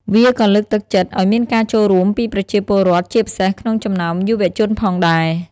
វាក៏លើកទឹកចិត្តឱ្យមានការចូលរួមពីប្រជាពលរដ្ឋ ជាពិសេសក្នុងចំណោមយុវជនផងដែរ។